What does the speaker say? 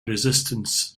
resistance